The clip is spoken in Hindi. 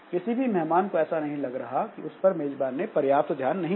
किसी भी मेहमान को ऐसा नहीं लग रहा कि उस पर मेजबान ने पर्याप्त ध्यान नहीं दिया